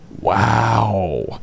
Wow